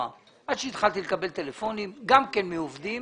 עד שהתחלתי לקבל טלפונים גם מעובדים